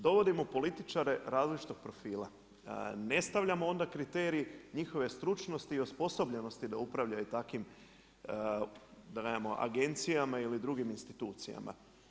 Dovodimo političare različitog profila, ne stavljamo onda kriterij njihove stručnosti i osposobljenosti da upravljaju takvim da nemamo agencijama ili drugim institucijama.